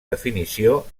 definició